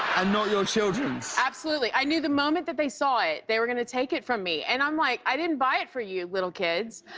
and not your children. absolutely. i knew the moment that they saw it, they were going to take it from me. and i'm like, i didn't buy it for you, little kid.